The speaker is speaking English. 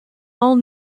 all